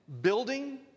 building